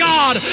God